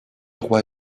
roi